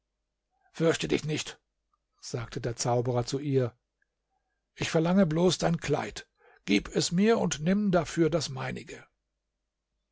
fürchte dich nicht sagte der zauberer zu ihr ich verlange bloß dein kleid gib es mir und nimm dafür das meinige